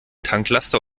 tanklaster